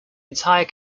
entire